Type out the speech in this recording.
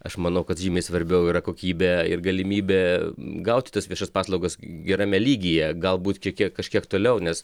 aš manau kad žymiai svarbiau yra kokybė ir galimybė gauti tas viešas paslaugas gerame lygyje galbūt kiek kiek kažkiek toliau nes